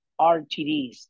RTDs